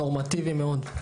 בחור נורמטיבי מאוד.